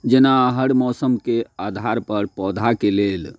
जेना हर मौसमके आधार पर पौधाके लेल